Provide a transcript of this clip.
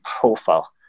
profile